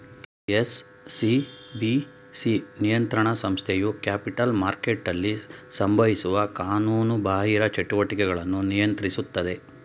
SCBC ನಿಯಂತ್ರಣ ಸಂಸ್ಥೆಯು capital ಮಾರ್ಕೆಟ್ನಲ್ಲಿ ಸಂಭವಿಸುವ ಕಾನೂನುಬಾಹಿರ ಚಟುವಟಿಕೆಗಳನ್ನು ನಿಯಂತ್ರಿಸುತ್ತದೆ